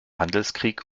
handelskrieg